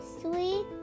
sweet